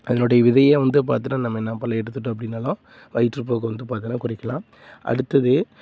அதனுடைய விதையே வந்து பார்த்துட்டா நம்ம பழம் எடுத்துட்டோம் அப்படின்னாலும் வயிற்றுப்போக்கு வந்து பார்த்தின்னா குறைக்கலாம் அடுத்தது